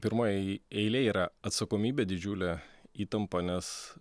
pirmojoj eilėj yra atsakomybė didžiulė įtampa nes